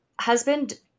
Husband